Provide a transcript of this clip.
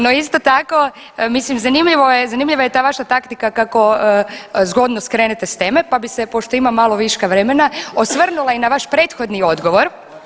No, no isto tako mislim zanimljivo, zanimljiva je ta vaša taktika kako zgodno skrenete s teme pa bi se pošto imam malo viška vremena osvrnula i na vaš prethodni odgovor.